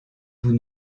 vous